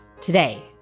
today